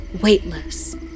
weightless